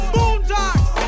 Boondocks